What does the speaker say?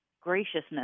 graciousness